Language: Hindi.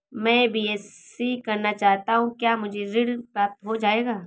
मैं बीएससी करना चाहता हूँ क्या मुझे ऋण प्राप्त हो जाएगा?